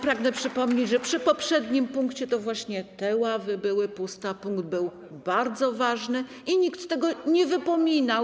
Pragnę tylko przypomnieć, że w poprzednim punkcie to właśnie te ławy były puste, a punkt był bardzo ważny, i nikt tego nie wypominał.